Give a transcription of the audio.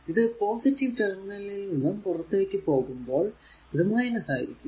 ഇത് പോസിറ്റീവ് ടെർമിനലിൽ നിന്നും പുറത്തേക്കു പോകുമ്പോൾ ഇത് ആയിരിക്കും